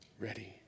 ready